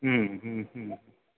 হুম হুম হুম হুম